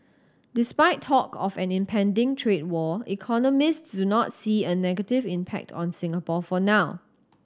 despite talk of an impending trade war economist do not see a negative impact on Singapore for now